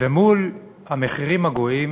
ומול המחירים הגואים